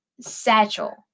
Satchel